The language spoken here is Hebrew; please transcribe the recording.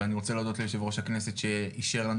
ואני רוצה להודות ליו"ר הכנסת שאישר לנו